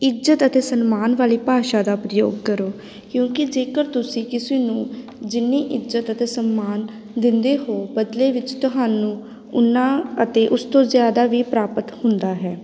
ਇੱਜ਼ਤ ਅਤੇ ਸਨਮਾਨ ਵਾਲੀ ਭਾਸ਼ਾ ਦਾ ਪ੍ਰਯੋਗ ਕਰੋ ਕਿਉਂਕਿ ਜੇਕਰ ਤੁਸੀਂ ਕਿਸੇ ਨੂੰ ਜਿੰਨੀ ਇੱਜਤ ਅਤੇ ਸਨਮਾਨ ਦਿੰਦੇ ਹੋ ਬਦਲੇ ਵਿੱਚ ਤੁਹਾਨੂੰ ਉਨਾਂ ਅਤੇ ਉਸ ਤੋਂ ਜ਼ਿਆਦਾ ਵੀ ਪ੍ਰਾਪਤ ਹੁੰਦਾ ਹੈ